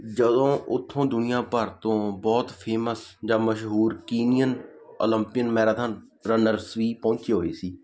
ਜਦੋਂ ਉੱਥੋਂ ਦੁਨੀਆਂ ਭਰ ਤੋਂ ਬਹੁਤ ਫੇਮਸ ਜਾਂ ਮਸ਼ਹੂਰ ਕੀਨੀਅਨ ਓਲੰਪੀਅਨ ਮੈਰਾਥਨ ਰਨਰਸ ਵੀ ਪਹੁੰਚੇ ਹੋਏ ਸੀ